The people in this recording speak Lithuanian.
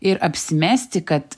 ir apsimesti kad